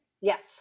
Yes